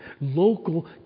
local